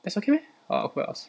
that's okay meh orh who else